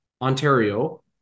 Ontario